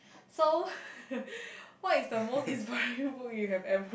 so what is the most inspire book you have ever